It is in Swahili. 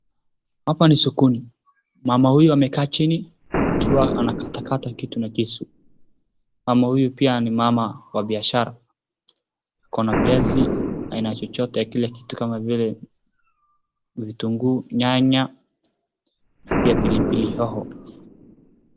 Hapa ni dokoni. Mama huyo amekaa chini akiwa anakatakata kitu na kisu. Mama huyu pia ji mama wa biashara. Akona viazi, aina chochote ya kila kitu kama vile nyanya, na pia pilipili hoho.